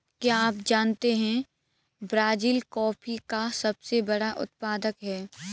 क्या आप जानते है ब्राज़ील कॉफ़ी का सबसे बड़ा उत्पादक है